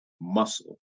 muscle